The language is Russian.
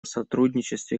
сотрудничестве